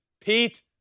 Pete